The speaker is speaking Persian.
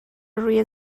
روی